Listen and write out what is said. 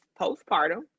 postpartum